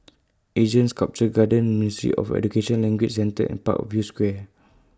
Asean Sculpture Garden Ministry of Education Language Centre and Parkview Square